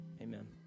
amen